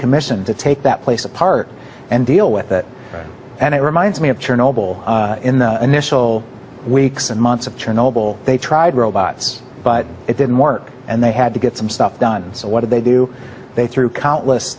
decommission to take that place apart and deal with it and it reminds me of chernobyl in the initial weeks and months of chernobyl they tried robots but it didn't work and they had to get some stuff done and so what did they do they threw countless